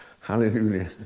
hallelujah